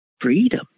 freedom